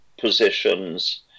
positions